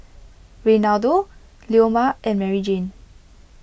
Reynaldo Leoma and Maryjane